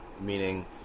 meaning